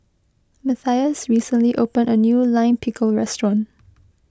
Matias recently opened a new Lime Pickle restaurant